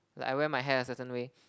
like I wear my hair a certain way